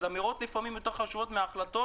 אז אמירות לפעמים יותר חשובות מהחלטות